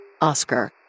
Oscar